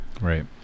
Right